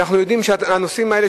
שאנחנו יודעים שבנושאים האלה,